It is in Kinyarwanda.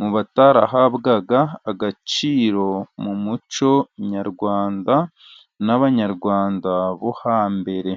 mu batarahabwaga agaciro mu muco nyarwanda n'abanyarwanda bo hambere.